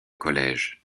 collège